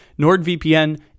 NordVPN